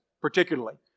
particularly